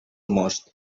most